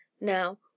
now